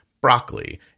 broccoli